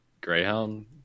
Greyhound